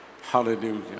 hallelujah